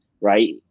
right